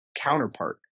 counterpart